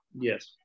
Yes